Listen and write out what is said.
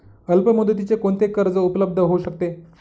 अल्पमुदतीचे कोणते कर्ज उपलब्ध होऊ शकते?